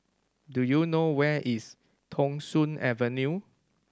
do you know where is Thong Soon Avenue